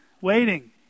Waiting